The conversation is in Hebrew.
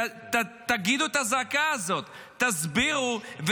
תגידו את הזעקה הזאת, תסבירו.